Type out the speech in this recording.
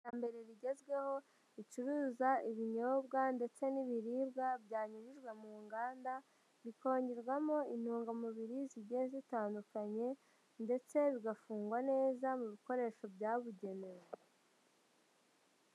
Iterambere rigezweho ricuruza ibinyobwa ndetse n'ibiribwa byanyujijwe mu nganda bikongerwamo intungamubiri zigiye zitandukanye ndetse bigafungwa neza mu bikoresho byabugenewe.